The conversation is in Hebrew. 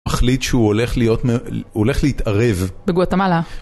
החליט שהוא הולך להיות, הוא הולך להתערב בגוטמאלה.